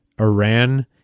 Iran